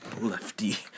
Lefty